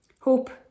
Hope